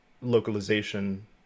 localization